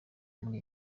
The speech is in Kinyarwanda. muri